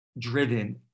driven